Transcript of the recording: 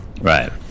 Right